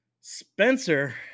Spencer